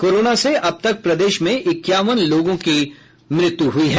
corona से अब तक प्रदेश में इकयावन लोगों की मौत हुई है